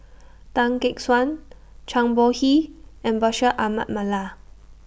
Tan Gek Suan Zhang Bohe and Bashir Ahmad Mallal